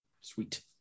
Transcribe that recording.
sweet